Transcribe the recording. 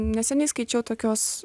neseniai skaičiau tokios